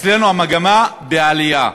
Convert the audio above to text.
אצלנו המגמה, עלייה.